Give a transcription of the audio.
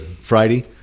Friday